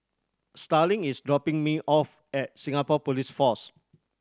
Starling is dropping me off at Singapore Police Force